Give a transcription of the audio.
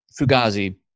Fugazi